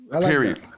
Period